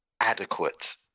adequate